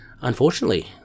unfortunately